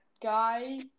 guy